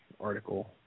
article